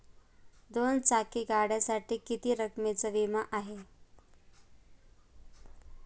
दोन चाकी गाडीसाठी किती रकमेचा विमा आहे?